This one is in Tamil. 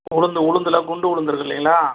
உளுந்து உளுந்தில் குண்டு உளுந்து இருக்கு இல்லைங்களா